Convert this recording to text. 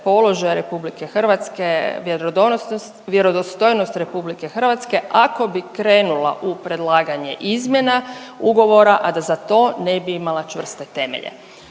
položaj RH, vjerodostojnost RH ako bi krenula u predlaganje izmjena ugovora, a da za to ne bi imala čvrste temelje.